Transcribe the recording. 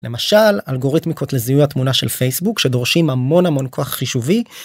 למשל, אלגוריתמיקות לזיהוי התמונה של פייסבוק שדורשים המון המון כוח חישובי.